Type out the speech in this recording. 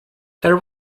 there